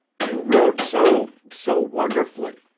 you rode so so wonderfully.